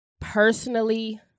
personally